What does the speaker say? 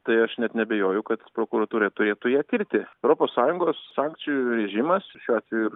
tai aš net neabejoju kad prokuratūra turėtų ja tirti europos sąjungos sankcijų režimas šiuo atveju